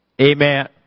Amen